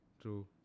true